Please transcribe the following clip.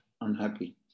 unhappy